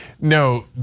No